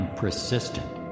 persistent